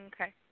Okay